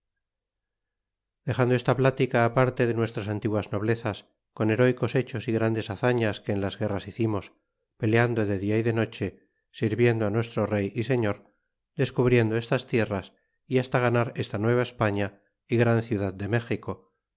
dexando esta plática parte de nuestras antiguas noblezas con heróycos hechos y grandes hazañas que en las guerras hicimos peleando de dia y de noche sirviendo nuestro rey y señor descubriendo estas tierras y hasta ganar esta nueva españa y gran ciudad de méxico